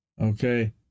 Okay